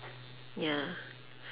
ya